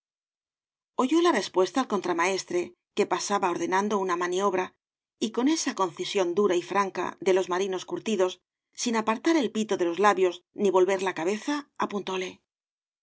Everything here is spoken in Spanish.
oyó la respuesta el contramaestre que pasaba ordenando una maniobra y con esa concisión dura y franca de los marinos curtidos sin apartar el pito de los labios ni volver la cabeza apuntóle